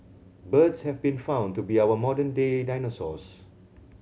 birds have been found to be our modern day dinosaurs